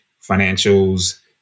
financials